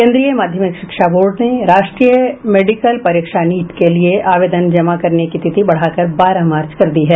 केन्द्रीय माध्यमिक शिक्षा बोर्ड ने राष्ट्रीय मेडिकल परीक्षा नीट के लिए आवेदन जमा करने की तिथि बढ़ाकर बारह मार्च कर दी है